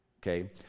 okay